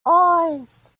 oars